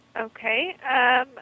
Okay